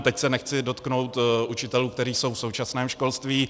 Teď se nechci dotknout učitelů, kteří jsou v současném školství.